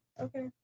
okay